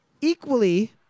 equally